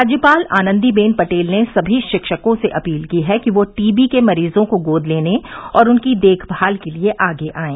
राज्यपाल आनंदीबेन पटेल ने सभी शिक्षकों से अपील की है कि वे टीबी के मरीजों को गोद लेने और उनकी देखमाल के लिए आगे आएं